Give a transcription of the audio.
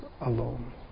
alone